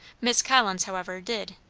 miss collins, however, did.